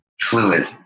fluid